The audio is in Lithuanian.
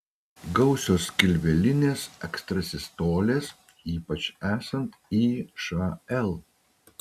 gausios skilvelinės ekstrasistolės ypač esant išl